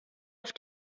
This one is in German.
auf